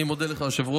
אני מודה לך, היושב-ראש.